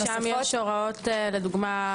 שם יש הוראות למשל,